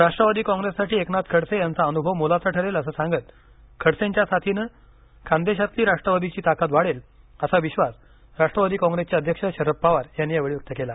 राष्ट्वादी काँप्रेससाठी एकनाथ खडसे यांचा अनुभव मोलाचा ठरेल असं सांगत खडसेंच्या साथीनं खान्देशातली राष्ट्रवादीची ताकद वाढेल असा विश्वास राष्ट्वादी काँप्रेसचे अध्यक्ष शरद पवार यांनी यावेळी व्यक्त केला